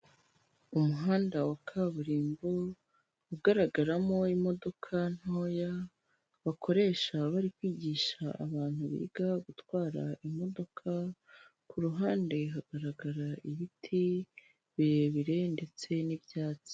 Umuhanda wa kaburimbo ugaragaramo imodoka ntoya bakoresha bari kwigisha abantu biga gutwara imodoka, k’uruhande hagaragara ibiti birebire ndetse n'ibyatsi.